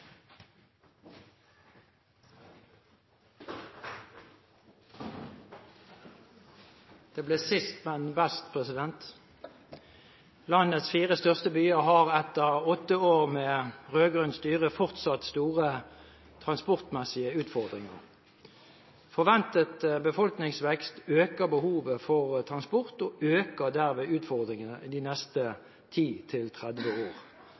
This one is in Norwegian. Det ble sist, men best. «Landets fire største byer har etter åtte år med rød-grønt styre fortsatt store transportmessige utfordringer. Forventet befolkningsvekst øker behovet for transport og